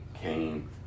came